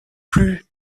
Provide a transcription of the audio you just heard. plus